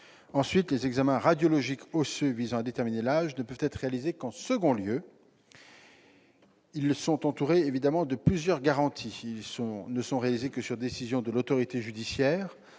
Les examens radiologiques osseux visant à déterminer l'âge ne peuvent être réalisés qu'en second lieu. Ils sont entourés, évidemment, de plusieurs garanties : ils ne sont réalisés que sur décision de l'autorité judiciaire,